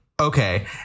okay